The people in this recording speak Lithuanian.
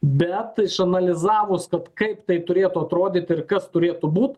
bet išanalizavus vat kaip tai turėtų atrodyt ir kas turėtų būt